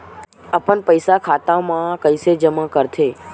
अपन पईसा खाता मा कइसे जमा कर थे?